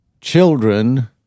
children